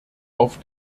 auf